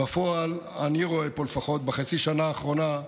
ובפועל אני רואה פה, לפחות בחצי השנה האחרונה,